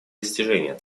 достижения